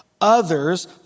others